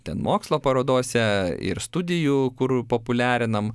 ten mokslo parodose ir studijų kur populiarinam